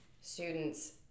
students